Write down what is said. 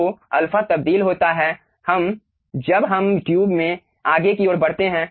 तो अल्फा तब्दील होता है जब हम ट्यूब में आगे की ओर बढ़ते है